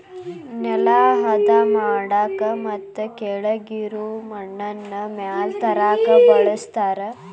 ನೆಲಾ ಹದಾ ಮಾಡಾಕ ಮತ್ತ ಕೆಳಗಿರು ಮಣ್ಣನ್ನ ಮ್ಯಾಲ ತರಾಕ ಬಳಸ್ತಾರ